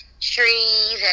trees